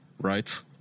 right